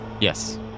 Yes